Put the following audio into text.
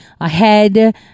ahead